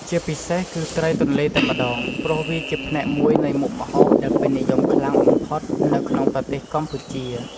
ជាពិសេសគឺត្រីទន្លេតែម្ដងព្រោះវាជាផ្នែកមួយនៃមុខម្ហូបដែលពេញនិយមខ្លាំងបំផុតនៅក្នុងប្រទេសកម្ពុជា។